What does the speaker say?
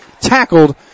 tackled